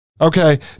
okay